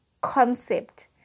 concept